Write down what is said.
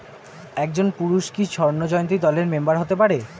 একজন পুরুষ কি স্বর্ণ জয়ন্তী দলের মেম্বার হতে পারে?